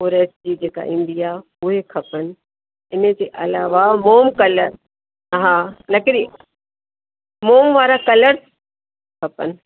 forest जी जेका ईंदी आहे उहे खपनि इन जे अलावा मोम कलर हा लकड़ी मोम वारा कलर खपनि